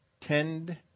tend